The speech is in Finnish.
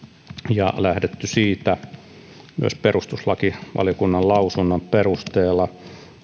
ja lähdetty myös perustuslakivaliokunnan lausunnosta jossa